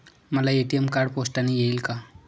मला ATM card पोस्टाने येईल का?